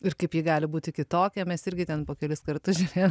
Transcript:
ir kaip ji gali būti kitokia mes irgi ten po kelis kartusžiūrėjom